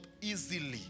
easily